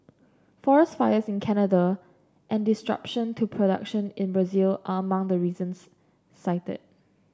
forest fires in Canada and disruption to production in Brazil are among the reasons cited